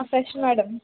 fresh madam